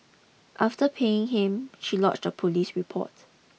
after paying him she lodged a police report